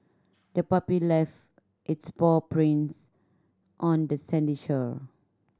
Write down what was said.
the puppy left its paw prints on the sandy shore